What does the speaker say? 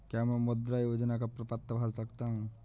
क्या मैं मुद्रा योजना का प्रपत्र भर सकता हूँ?